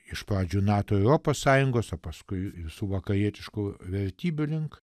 iš pradžių nato europos sąjungos o paskui visų vakarietiškų vertybių link